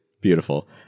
beautiful